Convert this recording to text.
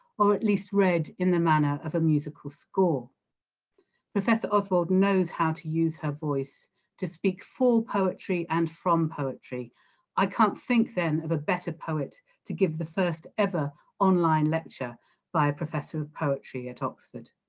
or at least read in the manner of a musical score professor oswald knows how to use her voice to speak for poetry and from poetry poetry i can't think then of a better poet to give the first ever online lecture by a professor of poetry at oxford.